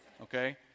okay